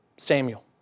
Samuel